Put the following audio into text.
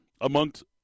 amongst